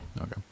Okay